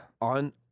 on